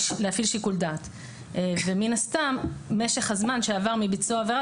להפעיל שיקול דעת ומן הסתם משך הזמן שעבר מעת ביצוע העבירה